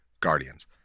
Guardians